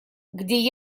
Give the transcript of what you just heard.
где